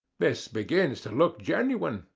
this begins to look genuine,